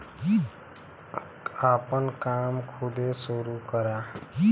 आपन काम खुदे सुरू करा